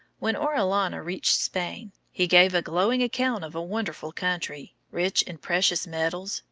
when orellana reached spain, he gave a glowing account of a wonderful country, rich in precious metals,